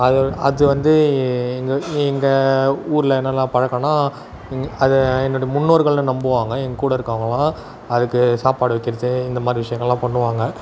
அது அது வந்து எங்கள் எங்கள் ஊரில் என்னென்னலாம் பழக்கனா இங் அதை என்னுடைய முன்னோர்கள்னு நம்புவாங்க என் கூட இருக்கவர்கள்லாம் அதுக்கு சாப்பாடு வைக்கிறது இந்த மாதிரி விஷயங்களெலாம் பண்ணுவாங்க